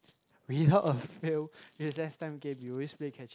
without a fail recees time we always play catching